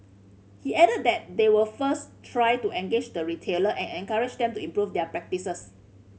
he added that they will first try to engage the retailer and encourage them to improve their practices